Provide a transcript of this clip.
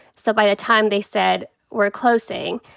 so by the time they said, we're closing,